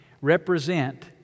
represent